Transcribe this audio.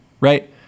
Right